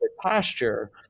posture